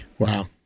Wow